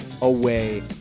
away